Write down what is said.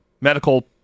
medical